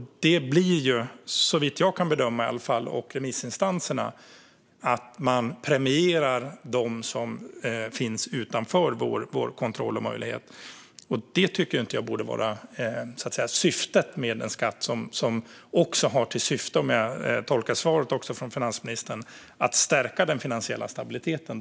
Det innebär såvitt jag och remissinstanserna kan bedöma att man premierar dem som finns utanför vår kontrollmöjlighet. Detta tycker jag inte borde vara syftet med den skatt som, om jag tolkar svaret från finansministern rätt, också har till syfte att stärka den finansiella stabiliteten.